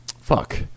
Fuck